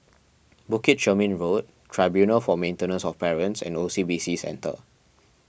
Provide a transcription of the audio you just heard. Bukit Chermin Road Tribunal for Maintenance of Parents and O C B C Centre